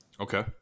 Okay